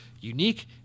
unique